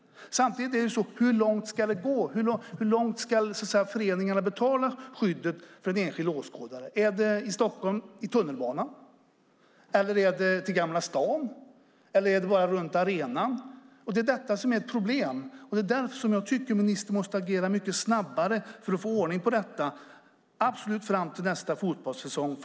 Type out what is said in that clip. Samtidigt är frågan: Hur långt ska det gå? Hur långt ska föreningarna betala skyddet för en enskild åskådare? Är det i Stockholm i tunnelbanan, till Gamla stan eller bara runt arenan? Det är ett problem. Därför tycker jag att ministern måste agera mycket snabbare för att få ordning, absolut fram till nästa fotbollssäsong.